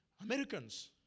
Americans